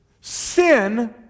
Sin